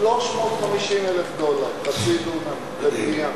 ב-350,000 דולר לחצי דונם לבנייה.